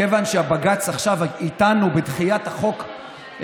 כיוון שהבג"ץ עכשיו איתנו בדחיית החוק,